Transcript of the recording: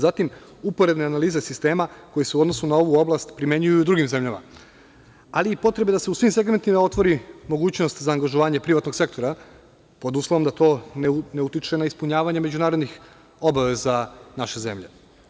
Zatim, uporedne analize sistema koje su u odnosu na ovu oblast primenjuju i u drugim zemljama, ali i potrebe da se u svim segmentima otvori mogućnost za angažovanje privatnog sektora, pod uslovom da to ne utiče na ispunjavanje međunarodnih obaveza naše zemlje.